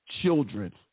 children